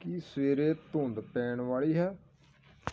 ਕੀ ਸਵੇਰੇ ਧੁੰਦ ਪੈਣ ਵਾਲੀ ਹੈ